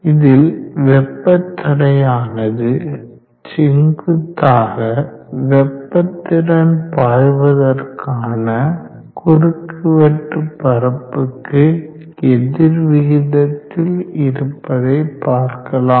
இதில் வெப்ப தடையானது செங்குத்தாக வெப்ப திறன் பாய்வதற்கான குறுக்குவெட்டு பரப்புக்கு எதிர் விகிதத்தில் இருப்பதை பார்க்கலாம்